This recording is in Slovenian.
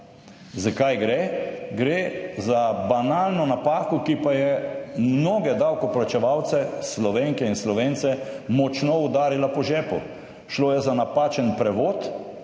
Za kaj gre? Gre za banalno napako, ki pa je mnoge davkoplačevalce, Slovenke in Slovence, močno udarila po žepu. Šlo je za napačen prevod